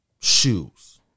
shoes